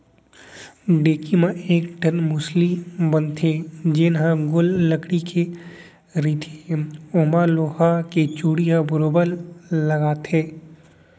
ढेंकी म एक ठन मुसरी बन थे जेन हर गोल लकड़ी के रथे ओमा लोहा के चूड़ी ल बरोबर लगाथे